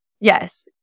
Yes